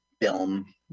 film